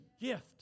gift